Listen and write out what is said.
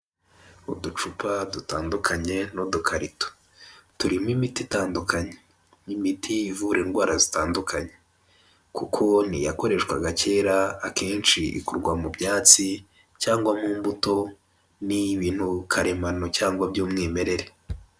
Uducupa dutandukanye n'udukarito turimo imiti itandukanye n'imiti, imiti ivura indwara zitandukanye kuko niyakoreshwaga kera akenshi ikurwa mu byatsi cyangwa mu mbuto n'iy'ibintu karemano cyangwa by'umwimerere.